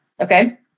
Okay